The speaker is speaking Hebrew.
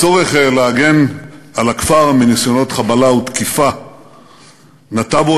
הצורך להגן על הכפר מניסיונות חבלה ותקיפה נטע בו